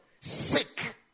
Sick